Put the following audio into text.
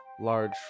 large